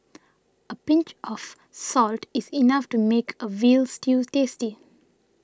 a pinch of salt is enough to make a Veal Stew tasty